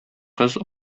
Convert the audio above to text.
кыз